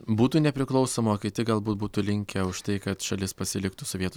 būtų nepriklausoma o kiti galbūt būtų linkę už tai kad šalis pasiliktų sovietų